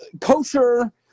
kosher